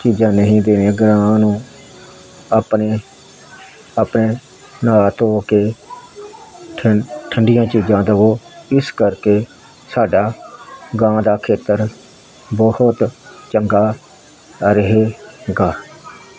ਚੀਜ਼ਾਂ ਨਹੀਂ ਦੇਣੀਆਂ ਗਾਂ ਨੂੰ ਆਪਣੇ ਆਪਣੇ ਨਾਹ ਧੋ ਕੇ ਠੰ ਠੰਡੀਆਂ ਚੀਜ਼ਾਂ ਦਵੋ ਇਸ ਕਰਕੇ ਸਾਡਾ ਗਾਂ ਦਾ ਖੇਤਰ ਬਹੁਤ ਚੰਗਾ ਰਹੇਗਾ